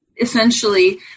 essentially